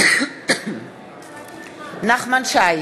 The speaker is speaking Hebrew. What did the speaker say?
נחמן שי,